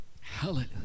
Hallelujah